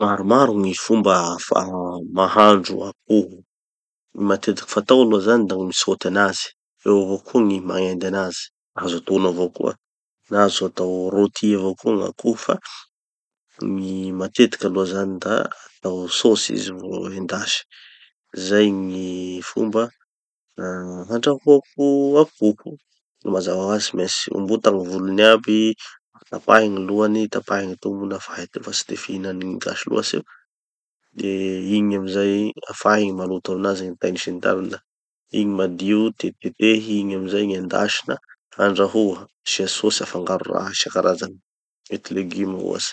Maromaro gny fomba fa- mahandro akoho. Matetiky fatao aloha zany da gny misôty anazy, eo avao koa gny magnendy anazy, azo ataonao avao koa. Na azo atao rôti avao koa gn'akoho fa, gny matetiky aloha zany da, atao sôsy izy vô endasy. Zay gny fomba andrahoako akoho. Mazava hoazy tsy maintsy ombota gny volony aby, tapahy gny lohany tapahy gny tombony, fa hay tegna fa tsy de fihinan'ny gny gasy loatsy io. De igny amizay, afahy gny maloto aminazy gny tainy sy ny tariny da, igny madio tetitetehy, igny amizay endasy na andraho, asia sôsy na afangaro raha isankarazany, mety legume ohatsy.